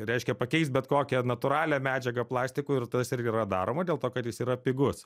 reiškia pakeist bet kokią natūralią medžiagą plastiku ir tas irgi yra daroma dėl to kad jis yra pigus